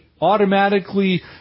automatically